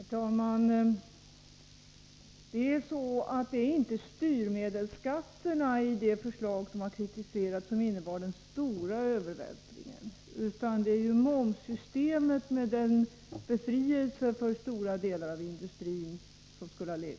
Herr talman! Det är inte så att det var styrmedelsskatterna i det kritiserade förslaget som innebar den stora övervältringen, utan det gjorde systemet med den momsbefrielse stora delar av industrin skulle få.